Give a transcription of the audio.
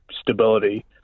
stability